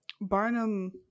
Barnum